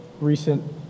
recent